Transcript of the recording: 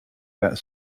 that